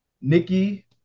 Nikki